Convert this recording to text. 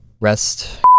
Rest